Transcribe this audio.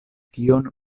tion